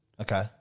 Okay